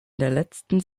letzter